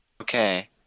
Okay